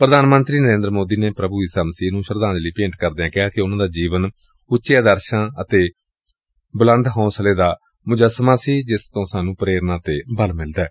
ਪ੍ਰਧਾਨ ਮੰਤਰੀ ਨਰੇਂਦਰ ਮੋਦੀ ਨੇ ਪ੍ਰਭੁ ਈਸਾ ਮਸੀਹ ਨੂੰ ਸ਼ਰਧਾਂਜਲੀ ਭੇਟ ਕਰਦਿਆਂ ਕਿਹਾ ਕਿ ਉਨੂਾਂ ਦਾ ਜੀਵਨ ਉੱਚੇ ਆਦਰਸ਼ਾਂ ਅਤੇ ਬੁਲੰਦ ਹੌਸਲੇ ਦਾ ਮੁੱਜਸਮਾ ਸੀ ਜਿਸ ਤੋਂ ਸਾਨੂੰ ਪ੍ਰੇਰਨਾ ਅਤੇ ਬਲ ਮਿਲਦੈ